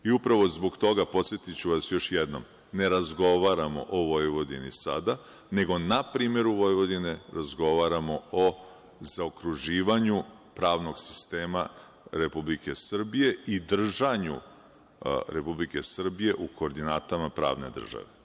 Upravo zbog toga, podsetiću vas još jednom, ne razgovaramo o Vojvodini sada, nego na primeru Vojvodine , razgovaramo o zaokruživanju pravnog sistema Republike Srbije i držanju Republike Srbije u koordinatama pravne države.